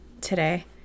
today